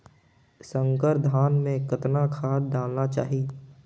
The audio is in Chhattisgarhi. संकर धान मे कतना खाद डालना चाही?